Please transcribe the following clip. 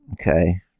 Okay